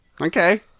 Okay